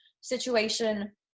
situation